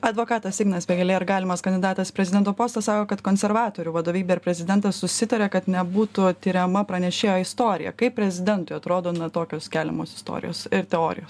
advokatas ignas vėgėlė ar galimas kandidatas prezidento postą sako kad konservatorių vadovybė ir prezidentas susitarė kad nebūtų tiriama pranešėjo istorija kaip prezidentui atrodo na tokios keliamos istorijos ir teorijos